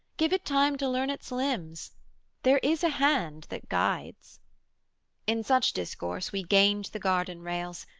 give it time to learn its limbs there is a hand that guides in such discourse we gained the garden rails,